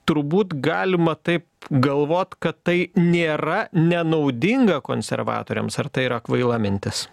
turbūt galima taip galvot kad tai nėra nenaudinga konservatoriams ar tai yra kvaila mintis